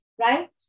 right